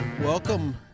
welcome